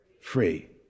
Free